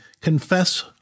confess